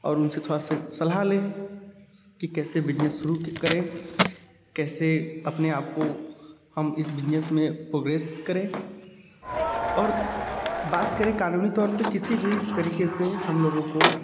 और उन से थोड़ी सी सलाह लें कि कैसे बिजनेस शुरु करें कैसे अपने आप को हम इस बिजनेस में प्रोग्रेस करें और बात करें क़ानूनी तौर पर किसी भी तरीक़े से हम लोगों को